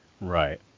Right